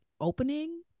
opening